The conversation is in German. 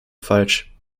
falsch